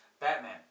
Batman